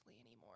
anymore